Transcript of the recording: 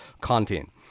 content